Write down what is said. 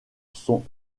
sont